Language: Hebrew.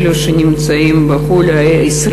אלה שנמצאים בחוץ-לארץ,